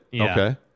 okay